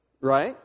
right